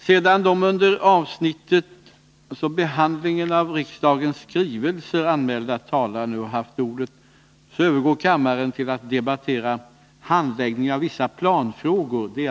Sedan de under avsnittet Behandlingen av riksdagens skrivelser anmälda talarna nu haft ordet övergår kammaren till att debattera Handläggningen av a planfrågor.